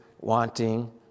wanting